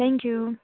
thank you